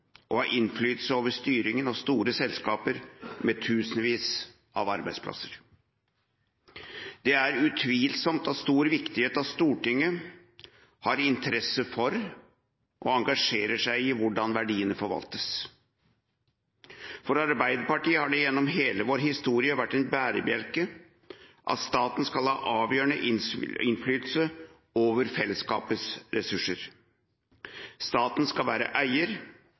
og har innflytelse over styringen av store selskaper med tusenvis av arbeidsplasser. Det er utvilsomt av stor viktighet at Stortinget har interesse for og engasjerer seg i hvordan verdiene forvaltes. For Arbeiderpartiet har det gjennom hele vår historie vært en bærebjelke at staten skal ha avgjørende innflytelse over fellesskapets ressurser. Staten skal